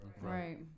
Right